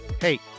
hey